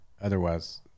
Otherwise